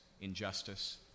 injustice